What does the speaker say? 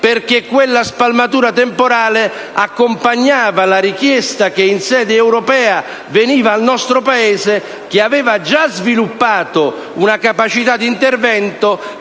perché quella spalmatura temporale accompagnava la richiesta che in sede europea veniva al nostro Paese, che aveva già sviluppato una capacità d'intervento